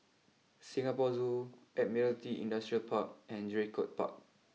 Singapore Zoo Admiralty Industrial Park and Draycott Park